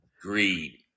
Greed